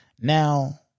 Now